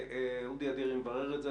אודי אדירי מברר את זה,